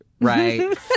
right